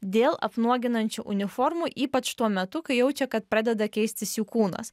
dėl apnuoginančių uniformų ypač tuo metu kai jaučia kad pradeda keistis jų kūnas